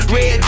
Red